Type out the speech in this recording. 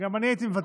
גם אני הייתי מוותר.